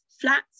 flat